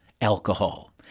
Alcohol